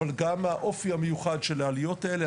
אבל גם מהאופי המיוחד של העליות האלה.